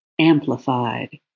amplified